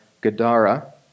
Gadara